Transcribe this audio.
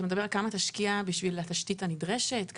אתה מדבר כמה תשקיע בשביל התשתית הנדרשת?